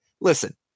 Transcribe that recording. listen